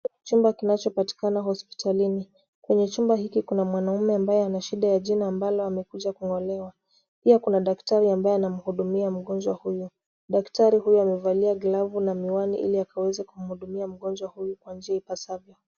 Chumba kinachopatikana hospitalini. Kwenye chumba hiki kuna mwanaume ambaye ana shiva la jino ambalo amekuja kung'olewa. Pia kuna daktari ambaye anamhudumia mgonjwa huyu. Daktari huyu amevalia glavu na miwani ili akaweze kumhudumia mgonjwa huyu kwa njia ipasavyo.